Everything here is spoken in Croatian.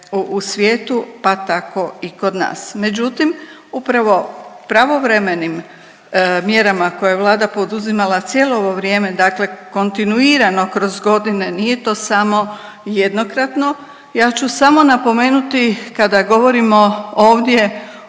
u svijetu, pa tako i kod nas. Međutim, upravo pravovremenim mjerama koje je Vlada poduzimala cijelo ovo vrijeme, dakle kontinuirano kroz godine, nije to samo jednokratno, ja ću samo napomenuti kada govorimo ovdje